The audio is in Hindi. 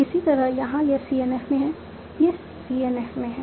इसी तरह यहां यह CNF में है यह CNF में है